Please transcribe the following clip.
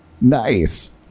Nice